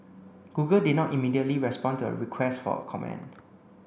Google did not immediately respond to a request for a comment